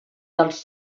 dels